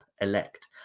Elect